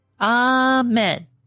Amen